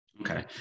Okay